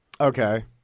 Okay